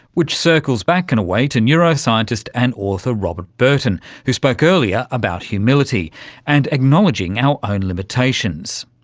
which circles back in a way to neuroscientist and author robert burton who spoke earlier about humility and acknowledging our own limitations.